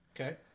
Okay